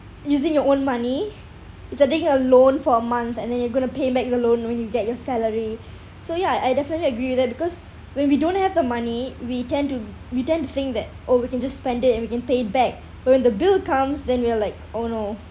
using your own money it's I think a loan for a month and then you're going to pay back the loan when you get your salary so ya I definitely agree with that because when we don't have the money we tend to we tend to think that oh we can just spend it and we can pay back when the bill comes then we're like oh no